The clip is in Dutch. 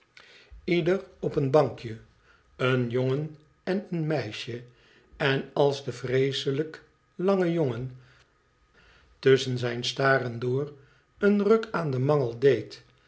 ieder op een bankje een jongen en een meisje en als de vreeselijk lange jongen tusschen zijn staren door een ruk aan den mangel